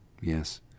yes